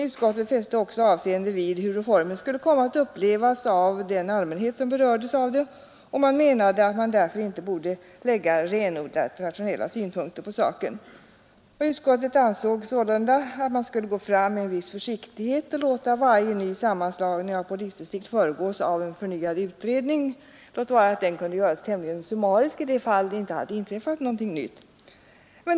Utskottet fäste också avseende vid hur reformen skulle komma att upplevas av den allmänhet som berördes av den. Utskottet ansåg därför att man inte borde anlägga renodlat rationella synpunkter på saken. Utskottet ansåg sålunda att man borde gå fram med en viss försiktighet och låta varje ny sammanslagning av polisdistrikt föregås av en förnyad utredning — låt vara att denna kunde göras tämligen summarisk i de fall där det inte inträffat någonting nytt.